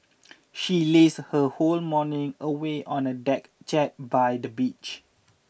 she lazed her whole morning away on a deck chair by the beach